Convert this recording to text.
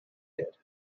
did